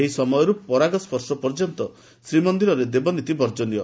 ଏହି ସମୟଠାରୁ ପରାଗ ସର୍ଶପର୍ଯ୍ୟନ୍ତ ଶ୍ରୀମନ୍ଦିରରେ ଦେବନୀତି ବର୍ଜନୀୟ